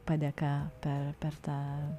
padėka per per tą